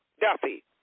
Duffy